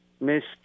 Missed